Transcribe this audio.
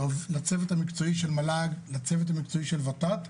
לצוות המקצועי של מל"ג, לצוות המקצועי של ות"ת,